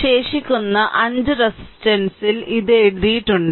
ശേഷിക്കുന്ന 5 റെസിസ്റ്ററിൽ ഇത് എഴുതിയിട്ടുണ്ട്